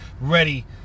Ready